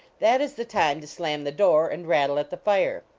that is the time to slam the door and rattle at the fire.